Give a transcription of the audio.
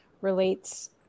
relates